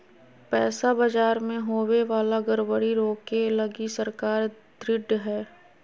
पैसा बाजार मे होवे वाला गड़बड़ी रोके लगी सरकार ढृढ़ हय